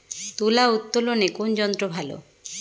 তুলা উত্তোলনে কোন যন্ত্র ভালো?